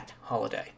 holiday